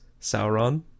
Sauron